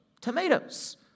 tomatoes